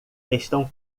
estão